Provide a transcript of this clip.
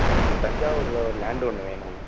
ஏ நமக்கு தஞ்சாவூரில் ஒரு லேண்டு ஒன்று வேணும்